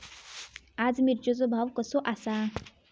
आज मिरचेचो भाव कसो आसा?